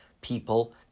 people